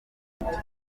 amafuti